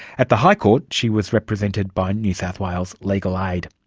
at the high court she was represented by new south wales legal aid.